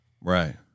Right